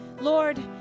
Lord